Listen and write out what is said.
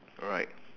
alright